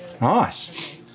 Nice